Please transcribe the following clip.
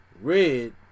Red